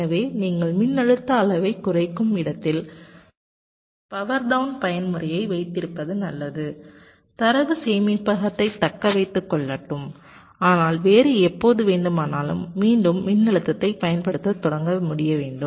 எனவே நீங்கள் மின்னழுத்த அளவைக் குறைக்கும் இடத்தில் பவர் டவுன் பயன்முறையை வைத்திருப்பது நல்லது தரவு சேமிப்பகத்தை தக்க வைத்துக் கொள்ளட்டும் ஆனால் வேறு எப்போது வேண்டுமானாலும் மீண்டும் மின்னழுத்தத்தை பயன்படுத்தத் தொடங்க முடிய வேண்டும்